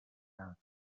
out